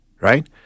Right